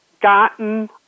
gotten